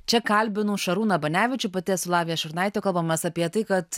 čia kalbinu šarūną banevičių pati esu lavija šurnaitė kalbamės apie tai kad